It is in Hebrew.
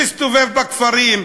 תסתובב בכפרים,